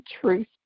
truth